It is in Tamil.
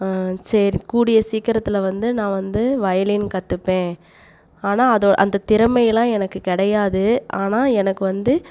சரி கூடிய சீக்கிரத்தில் வந்து நான் வந்து வயலின் கற்றுப்பேன் ஆனால் அது அந்த திறமையெலாம் எனக்கு கிடையாது ஆனால் எனக்கு வந்து